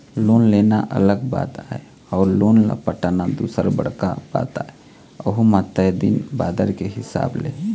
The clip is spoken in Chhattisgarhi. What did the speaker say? लोन लेना अलग बात आय अउ लोन ल पटाना दूसर बड़का बात आय अहूँ म तय दिन बादर के हिसाब ले